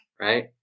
right